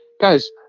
guys